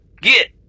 Get